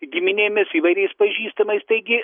giminėmis įvairiais pažįstamais taigi